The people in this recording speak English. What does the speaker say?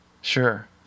Sure